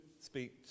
speak